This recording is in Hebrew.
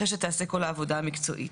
אחרי שתיעשה כל העבודה המקצועית.